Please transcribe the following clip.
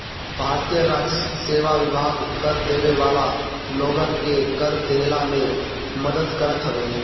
भारतीय राजस्व सेवा विभाग कर देवे वाला लोगन के कर देहला में मदद करत हवे